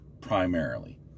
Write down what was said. primarily